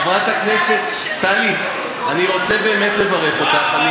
חברת הכנסת טלי, אני רוצה באמת לברך אותך.